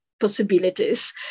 possibilities